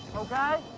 okay.